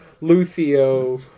Lucio